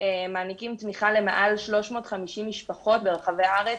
מעניקים תמיכה למעל 350 משפחות ברחבי הארץ,